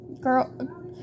girl